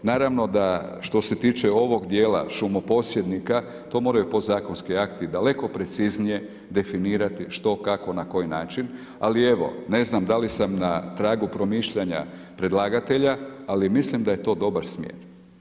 Naravno da, što se tiče ovog dijela šumoposjednika, to moraju podzakonski akti daleko preciznije definirati što, kako, na koji način, ali evo, ne znam da li sam na tragu promišljanja predlagatelja, ali mislim da je to dobar smjer.